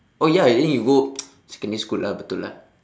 oh ya then you go secondary school lah betul lah